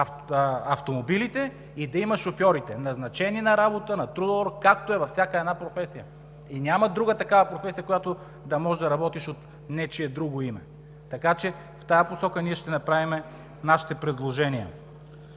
автомобилите и шофьорите, назначени на работа, както е във всяка една професия. Няма друга такава професия, в която да може да работиш от нечие друго име. В тази посока ние ще направим нашите предложения.